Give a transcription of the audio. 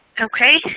okay,